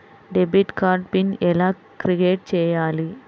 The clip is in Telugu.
డెబిట్ కార్డు పిన్ ఎలా క్రిఏట్ చెయ్యాలి?